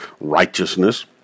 righteousness